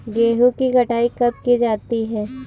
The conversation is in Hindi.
गेहूँ की कटाई कब की जाती है?